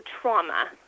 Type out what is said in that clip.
trauma